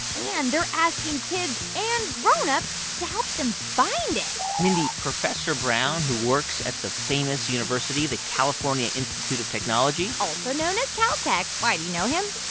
and they're asking kids and grown-ups to help them find it mindy, professor brown, who works at the famous university the california institute of technology. also known as cal tech. why, do you know him?